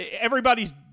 Everybody's